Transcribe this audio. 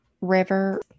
River